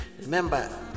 Remember